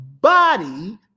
Body